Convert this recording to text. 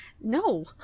No